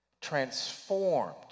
transformed